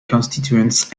constituents